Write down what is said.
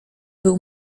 był